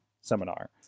seminar